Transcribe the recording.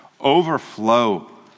overflow